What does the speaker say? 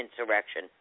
insurrection